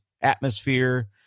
atmosphere